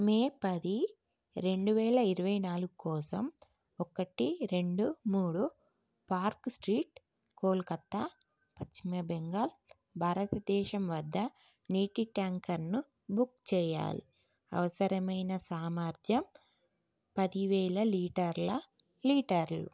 మే పది రెండు వేల ఇరవై నాలుగు కోసం ఒకటి రెండు మూడు పార్క్ స్ట్రీట్ కోల్కత్తా పశ్చిమ బెంగాల్ భారతదేశం వద్ద నీటి ట్యాంకర్ను బుక్ చేయాలి అవసరమైన సామర్థ్యం పది వేల లీటర్ల లీటర్లు